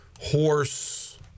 horse